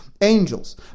Angels